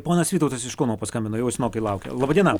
ponas vytautas iš kauno paskambino jau senokai laukia laba diena